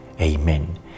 Amen